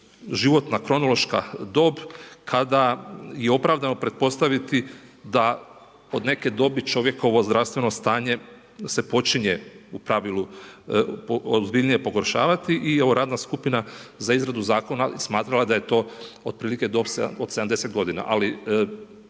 životna kronološka dob kada je i opravdano pretpostaviti da od neke dobi čovjekovo zdravstveno stanje se počinje u pravilu ozbiljnije pogoršavati i ova radna skupina za izradu zakona je smatrala da je to otprilike dob od 70 godina.